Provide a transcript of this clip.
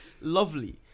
Lovely